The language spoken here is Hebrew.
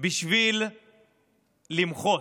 בשביל למחות,